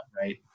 right